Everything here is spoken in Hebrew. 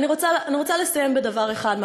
אני רוצה לסיים בדבר אחד, בבקשה.